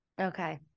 okay